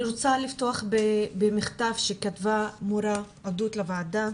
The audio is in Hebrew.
אני רוצה לפתוח במכתב שכתבה מורה, עדות לוועדה.